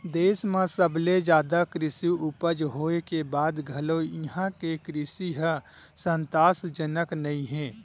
देस म सबले जादा कृषि उपज होए के बाद घलो इहां के कृषि ह संतासजनक नइ हे